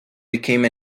became